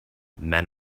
men